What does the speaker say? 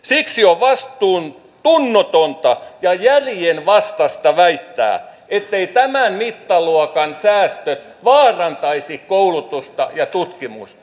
siksi on vastuuntunnotonta ja järjenvastaista väittää etteivät tämän mittaluokan säästöt vaarantaisi koulutusta ja tutkimusta